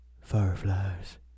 Fireflies